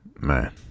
Man